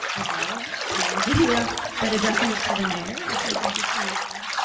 adele, hello video but addressing it to the mayor of san francisco instead.